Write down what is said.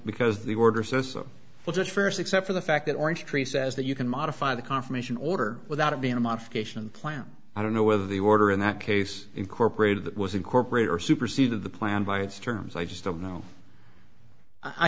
because the order says well just st except for the fact that orange tree says that you can modify the confirmation order without it being a modification plan i don't know whether the order in that case incorporated that was incorporate or superseded the plan by it's terms i just don't know i